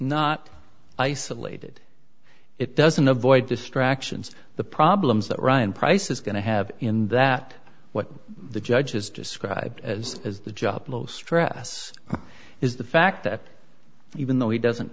not isolated it doesn't avoid distractions the problems that ryan price is going to have in that what the judges describe as is the job low stress is the fact that even though he